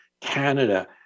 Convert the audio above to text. Canada